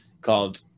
called